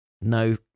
no